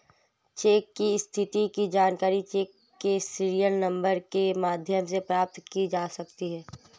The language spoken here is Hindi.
चेक की स्थिति की जानकारी चेक के सीरियल नंबर के माध्यम से प्राप्त की जा सकती है